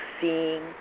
seeing